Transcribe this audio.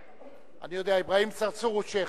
אני יודע שאברהים צרצור הוא שיח'.